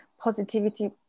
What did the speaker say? positivity